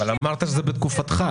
אבל אמרת שזה בתקופתך.